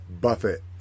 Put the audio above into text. Buffett